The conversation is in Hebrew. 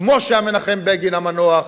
כמו שהיה מנחם בגין המנוח,